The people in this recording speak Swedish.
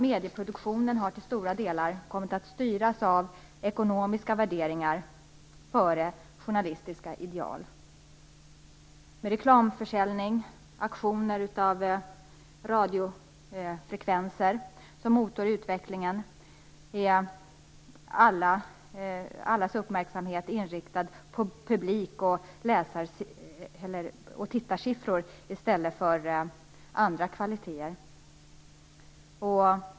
Medieproduktionen har till stora delar kommit att styras av ekonomiska värderingar före journalistiska ideal. Med försäljning av reklamtid och auktioner av radiofrekvenser som motor i utvecklingen har allas uppmärksamhet riktats mot lyssnar och tittarsiffror i stället för andra kvaliteter.